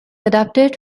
adapted